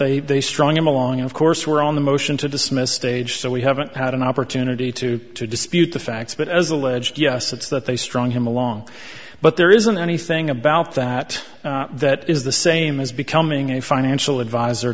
they they strung him along of course we're on the motion to dismiss stage so we haven't had an opportunity to dispute the facts but as alleged yes it's that they strung him along but there isn't anything about that that is the same as becoming a financial advisor